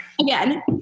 again